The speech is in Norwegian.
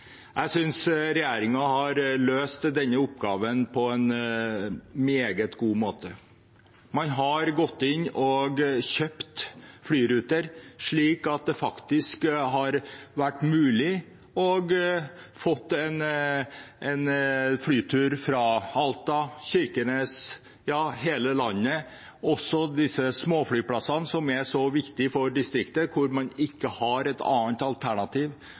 Jeg synes regjeringen har løst oppgaven på en meget god måte. Man har gått inn og kjøpt flyruter, slik at det faktisk har vært mulig å få en flytur fra Alta, fra Kirkenes, ja, fra hele landet. Også småflyplassene, som er så viktige for distriktene der man ikke har et alternativ,